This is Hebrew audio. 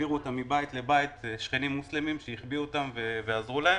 העבירו אותם מבית לבית ועזרו להם.